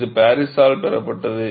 இது பாரிஸால் பெறப்பட்டது